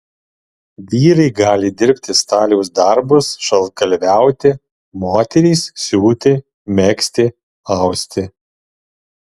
vyrai gali dirbti staliaus darbus šaltkalviauti moterys siūti megzti austi